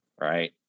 right